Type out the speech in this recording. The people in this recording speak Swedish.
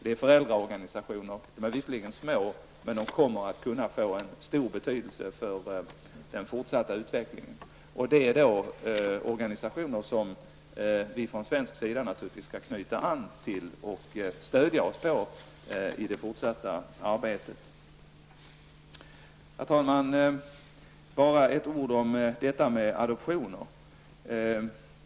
De är visserligen små, men de kommer att kunna få en stor betydelse för den fortsatta utvecklingen. Det är organisationer som vi naturligtvis från svensk sida skall knyta an till och stödja oss på i det fortsatta arbetet. Herr talman! Bara några ord om adoptioner.